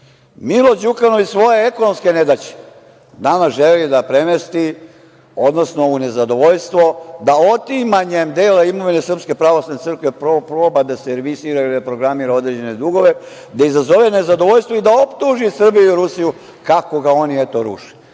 Milo Đukanović svoje ekonomske nedaće nama želi da premesti u nezadovoljstvo, da otimanjem dela imovine SPC proba da servisira i reprogramira određene dugove, da izazove nezadovoljstvo i da optuži Srbiju i Rusiju kako ga oni, eto, ruše.